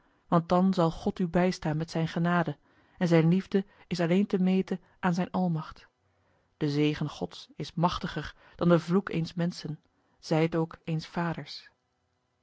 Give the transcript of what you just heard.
want dan zal a l g bosboom-toussaint de delftsche wonderdokter eel od u bijstaan met zijne genade en zijne liefde is alleen te meten aan zijne almacht de zegen gods is machtiger dan de vloek eens menschen zij het ook eens vaders